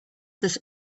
this